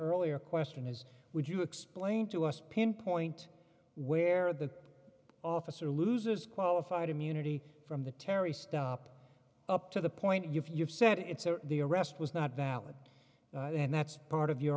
earlier question is would you explain to us pin point where the officer loses qualified immunity from the terry stop up to the point you've said it's the arrest was not valid and that's part of your